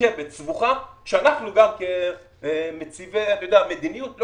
מורכבת וסבוכה כאשר אנחנו כמעצבי המדיניות לא